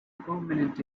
prominent